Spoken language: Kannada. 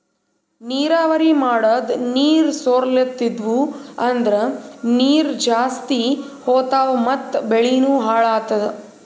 ನೀರಾವರಿ ಮಾಡದ್ ನೀರ್ ಸೊರ್ಲತಿದ್ವು ಅಂದ್ರ ನೀರ್ ಜಾಸ್ತಿ ಹೋತಾವ್ ಮತ್ ಬೆಳಿನೂ ಹಾಳಾತದ